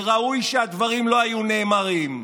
וראוי שהדברים לא היו נאמרים.